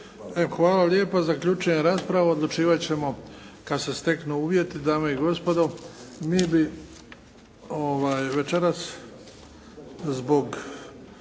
hvala lijepa. Zaključujem raspravu. Odlučivat ćemo kad se steknu uvjeti. Dame i gospodo, mi bi večeras zbog